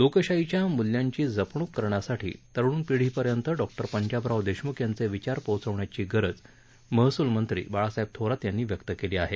लोकशाहीच्या मुल्यांची जपणुक करण्यासाठी तरुण पिढीपर्यंत डॉक्टर पंजाबराव देशमुख यांचे विचार पोचवण्याची गरज महसुलमंत्री बाळासाहेब थोरात यांनी व्यक्त केली आहे